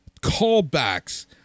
callbacks